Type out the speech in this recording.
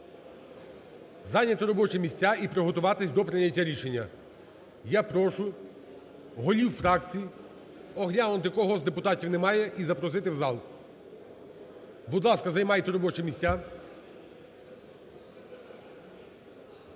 зайняти робочі місця і приготуватись до прийняття рішення. Я прошу голів фракцій оглянути, кого з депутатів немає, і запросити в зал. Будь ласка, займайте робочі місця.